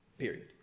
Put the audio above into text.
period